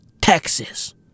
Texas